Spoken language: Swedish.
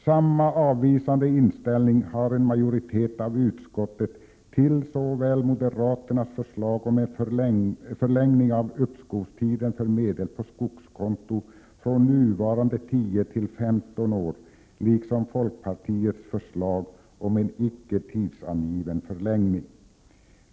Samma avvisande inställning har en majoritet i utskottet till såväl moderaternas förslag om en förlängning av uppskovstiden för medel på skogskonto från nuvarande 10 till 15 år som till folkpartiets förslag om en icke tidsangiven förlängning.